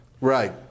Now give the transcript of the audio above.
Right